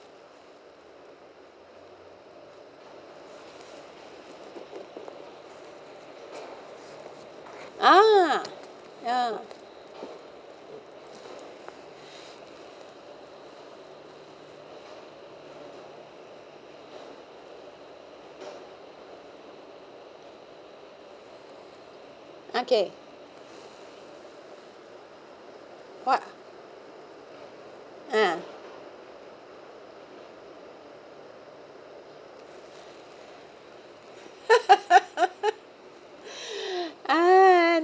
uh ah okay what uh uh